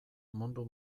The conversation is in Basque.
mundu